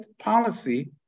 policy